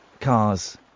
cars